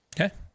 Okay